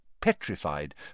petrified